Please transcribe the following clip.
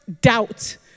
doubt